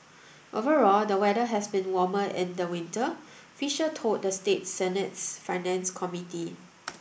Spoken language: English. overall the weather has been warmer in the winter Fisher told the state Senate's finance committee